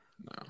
No